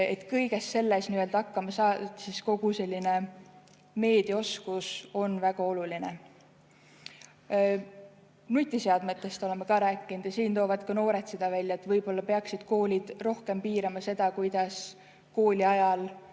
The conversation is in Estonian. kõige sellega hakkama saada, on meediaoskus väga oluline. Nutiseadmetest oleme ka rääkinud, siin toovad ka noored ise seda välja, et võib-olla peaksid koolid rohkem piirama seda, kuidas kooli ajal